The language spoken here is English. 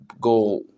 go